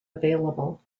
available